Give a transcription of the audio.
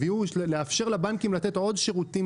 ההצעה היא לאפשר לבנקים לתת עוד שירותים